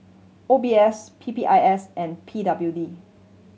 O B S P P I S and P W D